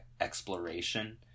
exploration